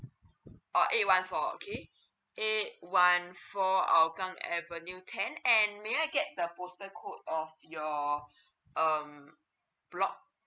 oh eight one four okay eight one four hougang avenue ten and may I get the postal code or your um